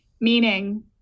meaning